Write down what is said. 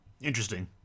interesting